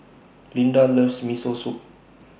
Linda loves Miso Soup